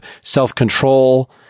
self-control